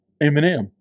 Eminem